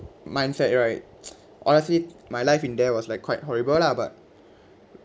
mindset right honestly my life in there was like quite horrible lah but